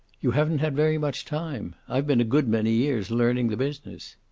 you haven't had very much time. i've been a good many years learning the business.